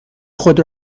خود